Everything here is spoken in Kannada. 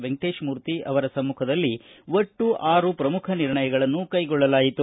ವೆಂಕಟೇಶ್ಮೂರ್ತಿ ಅವರ ಸಮ್ಮುಖದಲ್ಲಿ ಒಟ್ಟು ಆರು ಪ್ರಮುಖ ನಿರ್ಣಯಗಳನ್ನು ಕೈಗೊಳ್ಳಲಾಯಿತು